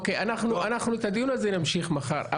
אוקיי, את הדיון הזה אנחנו נמשיך מחר.